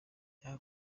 jya